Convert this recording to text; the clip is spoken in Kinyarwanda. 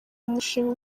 umushinga